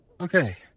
Okay